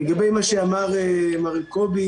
לגבי מה שאמר מר אלי כהן